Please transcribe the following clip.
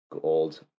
gold